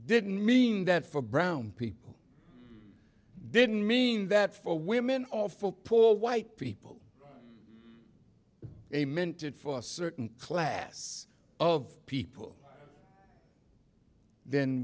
didn't mean that for brown people didn't mean that for women awful poor white people they meant it for a certain class of people then